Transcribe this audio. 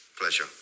pleasure